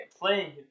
playing